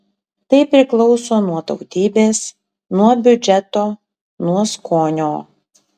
tai priklauso nuo tautybės nuo biudžeto nuo skonio